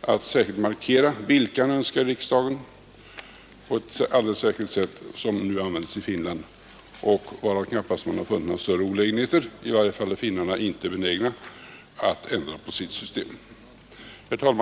att alldeles särskilt markera vilka han önskar i riksdagen, kanske efter samma system som nu används i Finland och som knappast har befunnits innebära några större olägenheter; i varje fall är finnarna inte benägna att ändra på sitt system. Herr talman!